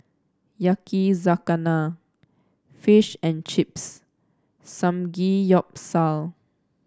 Yakizakana Fish and Chips Samgeyopsal